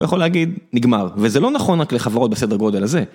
הוא יכול להגיד נגמר וזה לא נכון רק לחברות בסדר גודל הזה.